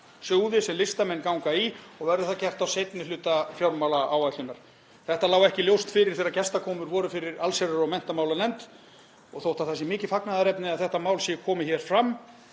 sjóði sem listamenn ganga í, og verður það gert á seinni hluta fjármálaáætlunar. Þetta lá ekki ljóst fyrir þegar gestakomur voru fyrir allsherjar- og menntamálanefnd. Þótt það sé mikið fagnaðarefni að þetta mál sé komið hér fram